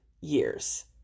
years